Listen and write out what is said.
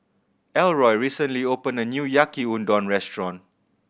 Elroy recently opened a new Yaki Udon Restaurant